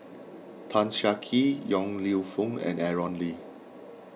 Tan Siah Kwee Yong Lew Foong and Aaron Lee